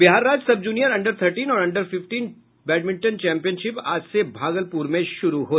बिहार राज्य sub junior under thirteen और under fifteen badminton championship आज से भागलपुर में शुरू होगी